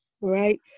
right